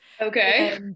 Okay